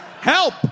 Help